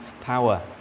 power